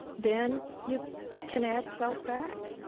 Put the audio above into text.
then you can add cells back.